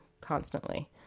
constantly